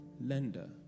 lender